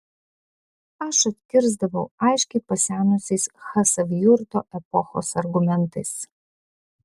aš atkirsdavau aiškiai pasenusiais chasavjurto epochos argumentais